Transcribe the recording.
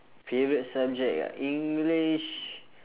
favourite subject ah english